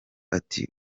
ati